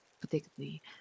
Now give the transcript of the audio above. particularly